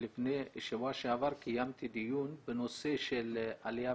בשבוע שעבר קיימתי דיון בנושא עלייה